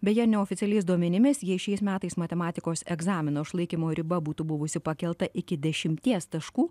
beje neoficialiais duomenimis jei šiais metais matematikos egzamino išlaikymo riba būtų buvusi pakelta iki dešimties taškų